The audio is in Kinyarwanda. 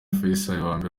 faisal